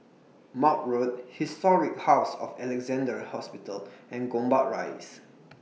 Maude Road Historic House of Alexandra Hospital and Gombak Rise